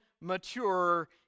mature